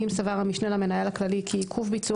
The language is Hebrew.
אם סבר המשנה למנהל הכללי כי עיכוב ביצוע